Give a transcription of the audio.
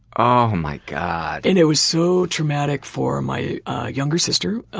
oh my god. and it was so traumatic for my younger sister.